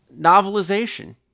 novelization